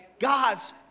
God's